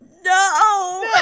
No